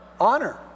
honor